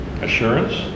Assurance